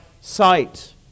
sight